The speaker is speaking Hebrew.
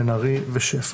בן ארי ושפע.